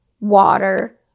water